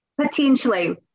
potentially